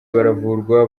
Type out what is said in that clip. baravurwa